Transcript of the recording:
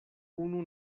unu